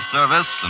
Service